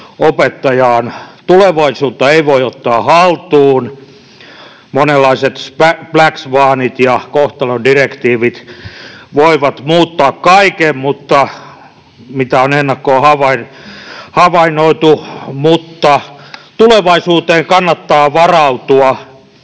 opettajaan. Tulevaisuutta ei voi ottaa haltuun. Monenlaiset black swanit ja kohtalon direktiivit voivat muuttaa kaiken, mitä on ennakkoon havainnoitu, mutta tulevaisuuteen kannattaa varautua.